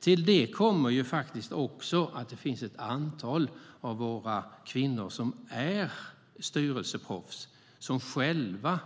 Till det kommer också att ett antal av de kvinnor som är styrelseproffs själva